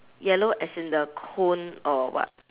yellow as in the cone or what